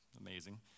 amazing